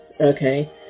Okay